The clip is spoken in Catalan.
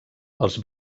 els